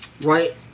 right